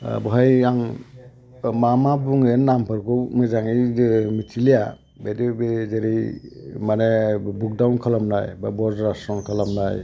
बेवहाय आं मा मा बुङो नामफोरखौ मोजाङै मिथिलिया बेबायदि बे जेरै माने बुकदाउन खालामनाय बा बज्रासन खालामनाय